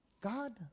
God